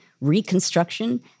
reconstruction